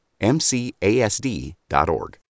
MCASD.org